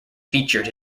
featured